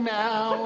now